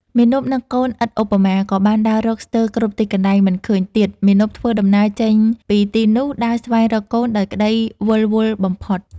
មាណពនឹកកូនឥតឧបមា ក៏បានដើររកស្ទើរគ្រប់ទីកន្លែងមិនឃើញទៀត មាណពធ្វើដំណើរចេញពីទីនោះ ដើរស្វែងរកកូនដោយក្ដីវិលវល់បំផុត ។